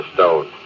Stone